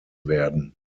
werden